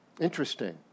Interesting